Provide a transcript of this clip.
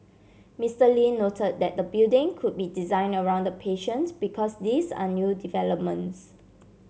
Mister Lee noted that the building could be designed around the patient because these are new developments